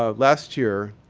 ah last year,